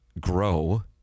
grow